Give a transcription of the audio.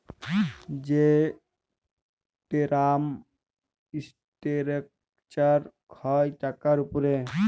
যে term structure হ্যয় টাকার উপরে